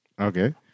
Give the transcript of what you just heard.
Okay